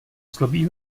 zlobí